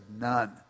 none